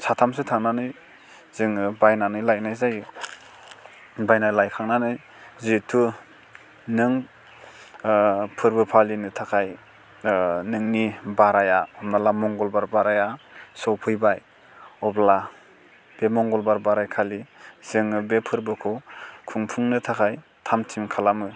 साथामसो थांनानै जोङो बायनानै लायनाय जायो बायना लायखांनानै जेहेथु नों फोर्बो फालिनो थाखाय नोंनि बाराया हमना ला मंगलबार बाराया सौफैबाय अब्ला बे मंगलबार बाराय खालि जोङो बे फोर्बोखौ खुंफुंनो थाखाय थामथिम खालामो